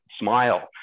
smile